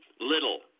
little